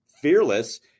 fearless